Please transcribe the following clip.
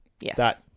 Yes